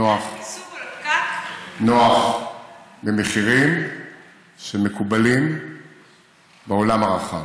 נוח במחירים שמקובלים בעולם הרחב.